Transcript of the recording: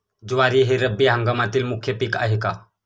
ज्वारी हे रब्बी हंगामातील मुख्य पीक आहे का?